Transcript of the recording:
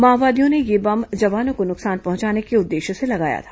माओवादियों ने यह बम जवानों को नुकसान पहुंचाने के उद्देश्य से लगाया था